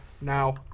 Now